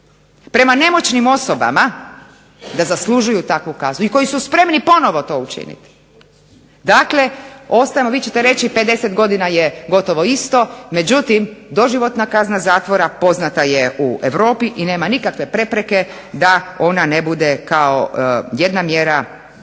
prema nemoćnim osobama, da zaslužuju takvu kaznu, i koji su spremni ponovo to učiniti. Dakle, vi ćete reći 50 godina je gotovo isto, međutim doživotna kazna zatvora poznata je u Europi i nema nikakve prepreke da ona ne bude kao jedna mjera, jedna